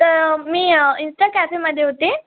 तर मी इन्स्टा कॅफेमध्ये होते